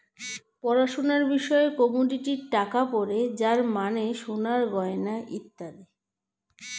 পড়াশোনার বিষয়ে কমোডিটি টাকা পড়ে যার মানে সোনার গয়না ইত্যাদি